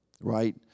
right